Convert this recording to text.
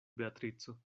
beatrico